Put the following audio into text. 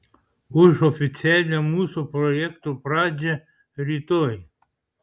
už oficialią mūsų projekto pradžią rytoj